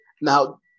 Now